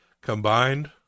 combined